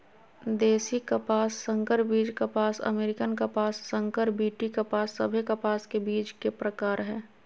देशी कपास, संकर बीज कपास, अमेरिकन कपास, संकर बी.टी कपास सभे कपास के बीज के प्रकार हय